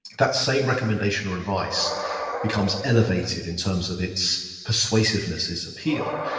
that same recommendation or advice becomes elevated in terms of its persuasiveness, it's appeal.